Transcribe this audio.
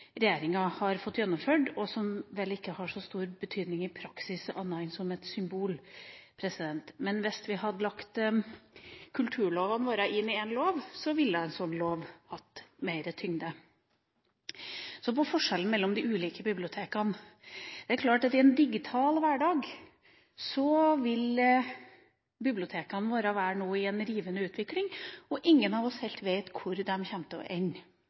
regjeringa har fått gjennomført, og som vel ikke har så stor betydning i praksis, annet enn som et symbol. Men hvis vi hadde lagt kulturlovene våre inn i én lov, ville en sånn lov hatt mer tyngde. I en digital hverdag vil bibliotekene våre nå være i en rivende utvikling, og ingen av oss vet helt hvor de kommer til å ende.